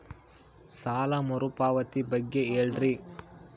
ಸಾಲ ಮರುಪಾವತಿ ಬಗ್ಗೆ ಹೇಳ್ರಿ?